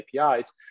APIs